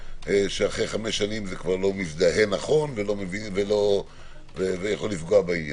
שאחרי חמש שנים זה לא מזדהה נכון ויכול פגוע בעניין.